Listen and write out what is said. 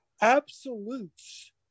absolutes